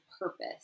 purpose